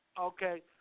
Okay